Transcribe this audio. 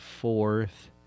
fourth